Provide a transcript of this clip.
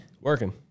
Working